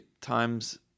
times